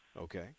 Okay